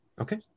Okay